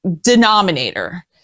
denominator